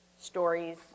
stories